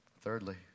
Thirdly